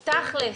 תכלס,